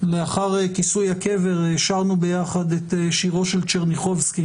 לאחר כיסוי הקבר שרנו ביחד את שירו של טשרניחובסקי